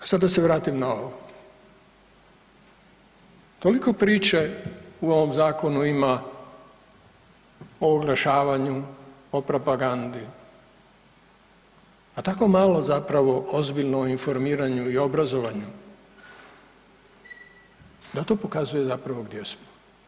A sad da se vratim na ovo, toliko priče u ovom zakonu ima o oglašavanju, o propagandi, a tako malo zapravo o ozbiljno o informiranju i obrazovanju da to pokazuje zapravo gdje smo.